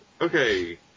Okay